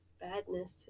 badness